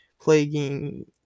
plaguing